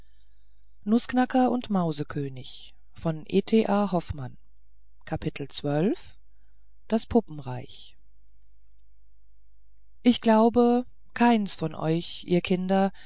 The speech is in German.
ich glaube keins von euch ihr kinder